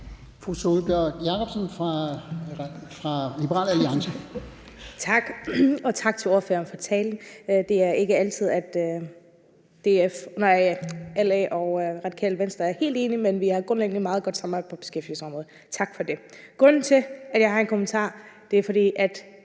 Sólbjørg Jakobsen (LA): Tak. Og tak til ordføreren for talen. Det er ikke altid, at LA og Radikale Venstre er helt enige, men vi har grundlæggende et meget godt samarbejde på beskæftigelsesområdet. Tak for det. Grunden til, at jeg har en kommentar, er, at